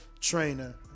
trainer